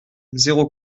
zéro